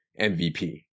MVP